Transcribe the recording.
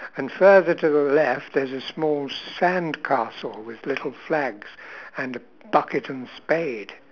and further to the left there's a small sandcastle with little flags and a bucket and spade